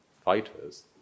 fighters